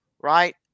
right